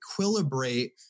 equilibrate